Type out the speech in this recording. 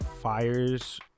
fires